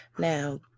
Now